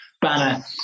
banner